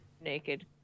naked